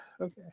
okay